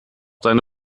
deine